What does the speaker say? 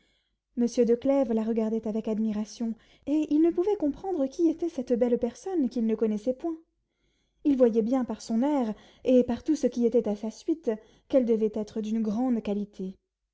monsieur de clèves la regardait avec admiration et il ne pouvait comprendre qui était cette belle personne qu'il ne connaissait point il voyait bien par son air et par tout ce qui était à sa suite qu'elle devait être d'une grande qualité